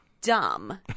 dumb